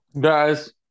Guys